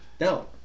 no